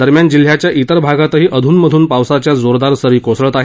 दरम्यान जिल्ह्याच्या इतर भागातही अध्रनमधून पावसाच्या जोरदार सरी कोसळत आहेत